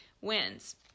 wins